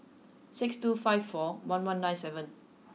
six two five four one one nine seven